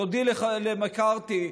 תודי למקארתי,